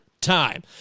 time